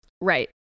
Right